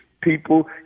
People